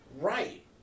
Right